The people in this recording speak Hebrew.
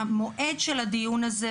המועד של הדיון הזה,